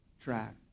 track